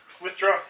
Withdraw